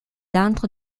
entre